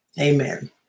amen